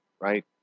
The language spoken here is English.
right